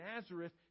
nazareth